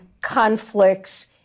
conflicts